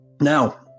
Now